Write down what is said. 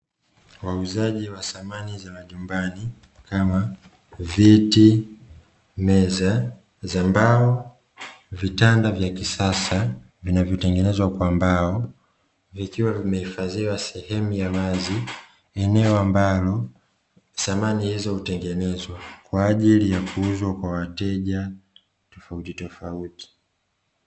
Wauzaji wa samani za majumbani, kama: viti, meza za mbao, vitanda vya kisasa vinavyotengenezwa kwa mbao; vikiwa vimehifadhiwa sehemu ya wazi, eneo ambalo samani hizo hutengenezwa kwa ajili ya kuuzwa kwa wateja tofauti tofauti.